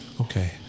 okay